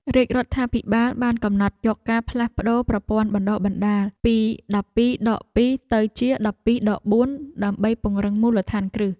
រាជរដ្ឋាភិបាលបានកំណត់យកការផ្លាស់ប្តូរប្រព័ន្ធបណ្តុះបណ្តាលពីដប់ពីរដកពីរទៅជាដប់ពីរដកបួនដើម្បីពង្រឹងមូលដ្ឋានគ្រឹះ។